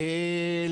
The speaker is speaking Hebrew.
הכשרה נוספת.